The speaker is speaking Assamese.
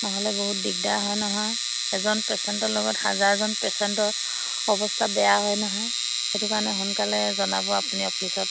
নহ'লে বহুত দিগদাৰ হয় নহয় এজন পেচেণ্টৰ লগত হাজাৰজন পেচেণ্টৰ অৱস্থা বেয়া হয় নহয় সেইটো কাৰণে সোনকালে জনাব আপুনি অফিচত